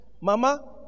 Mama